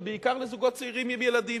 ובעיקר לזוגות צעירים עם ילדים.